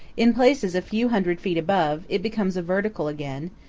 in places a few hundred feet above, it becomes vertical again,